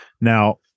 Now